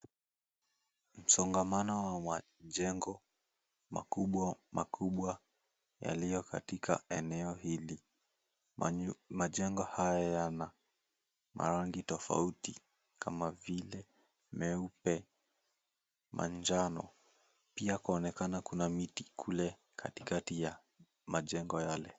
Msongamano wa majengo makubwa makubwa yaliyo katika eneo hili, majengo haya yana marangi tofauti kama vile meupe, manjano pia kwaonekana kuna miti katikati ya majengo yale.